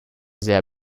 sehr